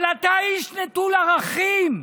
אתה איש נטול ערכים.